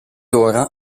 ora